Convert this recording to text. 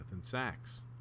Sachs